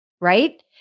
right